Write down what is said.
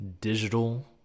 digital